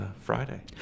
Friday